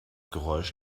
geräusch